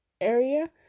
area